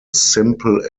simple